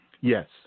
Yes